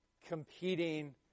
competing